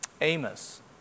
Amos